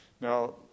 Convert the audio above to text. Now